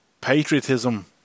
Patriotism